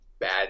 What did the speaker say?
bad